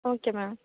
okay ma'am